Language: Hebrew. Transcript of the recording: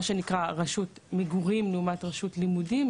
שנקרא רשות מגורים לעומת רשות לימודים,